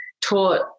taught